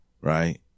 Right